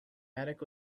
attic